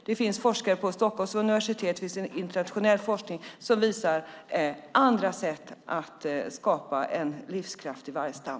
Det finns såväl internationell forskning som forskning vid Stockholms universitet som visar på andra sätt att skapa en livskraftig vargstam.